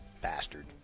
bastard